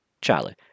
Charlie